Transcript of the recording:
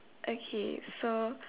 okay so